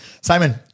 Simon